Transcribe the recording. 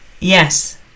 Yes